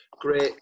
Great